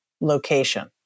location